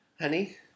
Honey